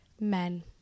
men